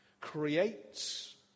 creates